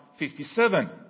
57